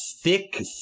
thick